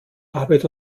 arbeit